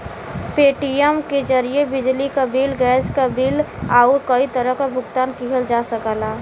Paytm के जरिये बिजली क बिल, गैस बिल आउर कई तरह क भुगतान किहल जा सकला